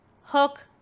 hook